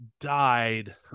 died